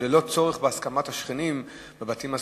ללא צורך בהסכמת השכנים בבתים הסמוכים,